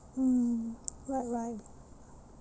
mm right right